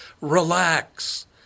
relax